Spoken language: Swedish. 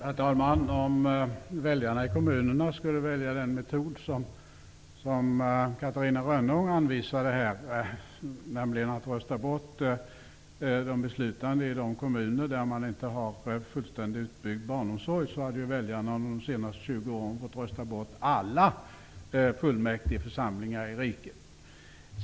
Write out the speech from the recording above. Herr talman! Om väljarna i kommunerna skulle välja den metod som Catarina Rönnung här anvisade, nämligen att rösta bort de beslutande i de kommuner där man inte har fullständigt utbyggd barnomsorg, hade väljarna under de senaste 20 åren fått rösta bort alla fullmäktigeförsamlingar i riket.